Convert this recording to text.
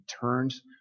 turns